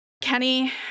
Kenny